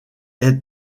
est